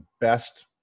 best